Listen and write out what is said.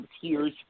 tears